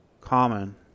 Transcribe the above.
common